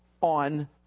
on